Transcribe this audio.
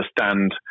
understand